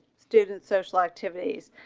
students, social activities